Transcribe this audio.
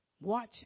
Watch